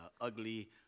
ugly